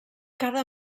cada